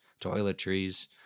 toiletries